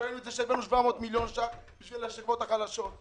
וראינו את זה כשהבאנו 700 מיליון שקלים בשביל השכבות החלשות.